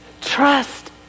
Trust